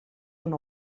una